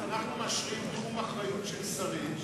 אנחנו משאירים תחום אחריות של שרים,